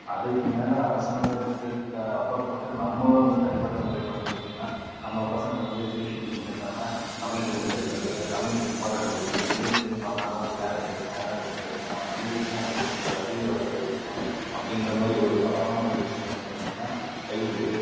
அதுக்கு மேலே அரசாங்கத்துக்கு அப்பாற்பட்டு நம்மளும் வந்து தனிப்பட்ட முறையில் வந்து பார்த்தீங்கனா நம்ம பசங்களை வந்து இங்கிலீஷ் மீடியம் சேர்க்காம தமிழ் மீடியம் சேர்த்துறது இல்லை தமிழுக்கு இம்பார்ட்டண்ட் கொடுக்குறது இங்கிலீஷ் மீடியம் பண்ணால் தான் வந்து வேலை கிடைக்கும் வேலை வாய்ப்பு கிடைக்கும் இங்கிலீஷ் தான் வந்து ஒரு அறிவு வளக்குற விஷயம் அப்டிங்கிற மாரி ஒரு தவறான ஒரு விஷியத்தை வந்து பார்த்தீங்கனா கைவிட்டுவிட்டு